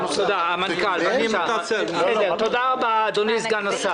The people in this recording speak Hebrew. תודה רבה, אדוני סגן השר.